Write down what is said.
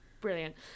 brilliant